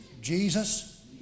Jesus